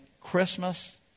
Christmas